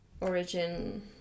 origin